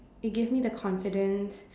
it gave me the confidence